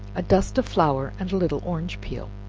a dust of flour and a little orange peel.